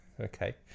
Okay